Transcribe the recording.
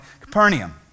Capernaum